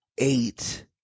eight